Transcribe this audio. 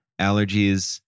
allergies